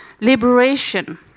liberation